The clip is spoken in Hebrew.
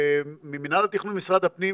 ממינהל התכנון במשרד הפנים,